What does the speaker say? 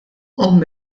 omm